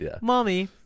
mommy